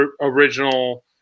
original